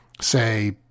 say